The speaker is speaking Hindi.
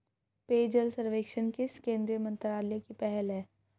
पेयजल सर्वेक्षण किस केंद्रीय मंत्रालय की पहल है?